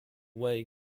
way